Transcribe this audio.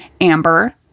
Amber